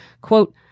quote